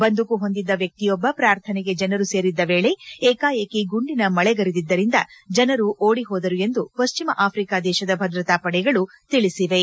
ಬಂದೂಕು ಹೊಂದಿದ್ದ ವ್ಯಕ್ತಿಯೊಬ್ಬ ಪ್ರಾರ್ಥನೆಗೆ ಜನರು ಸೇರಿದ್ದ ವೇಳೆ ಏಕಾಏಕಿ ಗುಂಡಿನ ಮಳೆಗರೆದಿದ್ದರಿಂಧ ಜನರು ಓಡಿ ಹೋದರು ಎಂದು ಪಶ್ಚಿಮ ಆಫ್ರಿಕಾ ದೇಶದ ಭದ್ರತಾ ಪಡೆಗಳು ತಿಳಿಸಿವೆ